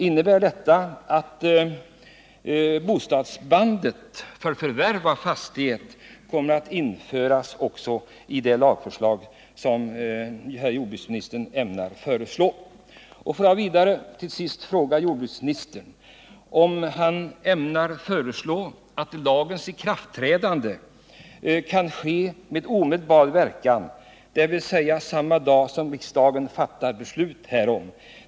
Innebär det att bostadsbandet för förvärv av fastighet kommer att införas också i det lagförslag som jordbruksministern ämnar framlägga? Får jag vidare fråga jordbruksministern om han ämnar föreslå att lagen skall träda i kraft med omedelbar verkan, dvs. samma dag som riksdagen fattar beslut härom.